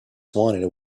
wanted